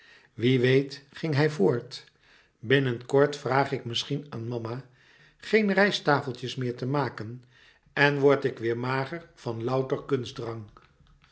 wie weet ging hij voort binnen kort vraag ik misschien aan mama geen rijsttafeltjes meer te maken en word ik weêr mager van louter